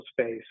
space